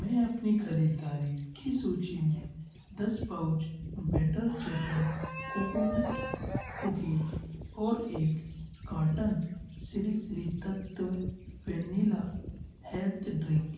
मैं अपनी ख़रीददारी की सूची में दस pouch batter chatter coconut cookies और एक carton Shri Shri Tattva vanilla health drink